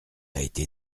été